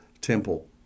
temple